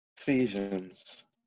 Ephesians